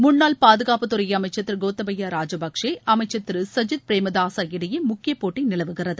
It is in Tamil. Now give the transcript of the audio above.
முன்னாள் பாதுகாப்புத் துறை அமைச்சர் திரு கோத்தபயா ராஜபக்கே அமைச்சர் திரு சஜித் பிரேமதாசா இடையே முக்கிய போட்டி நிலவுகிறது